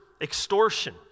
extortion